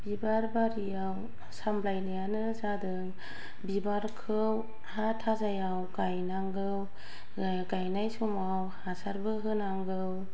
बिबार बारिआव सामलायनायानो जादों बिबारखौ हा थाजायाव गायनांगौ गायनाय समाव हासारबो होनांगौ